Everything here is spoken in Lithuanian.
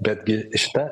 betgi šita